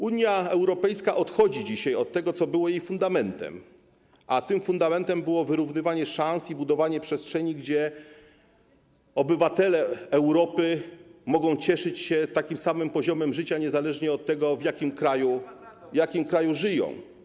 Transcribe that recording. Unia Europejska odchodzi dzisiaj od tego, co było jej fundamentem, a tym fundamentem było wyrównywanie szans i budowanie przestrzeni, gdzie obywatele Europy mogą cieszyć się takim samym poziomem życia niezależnie od tego, w jakim kraju żyją.